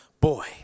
boy